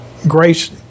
grace